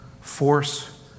force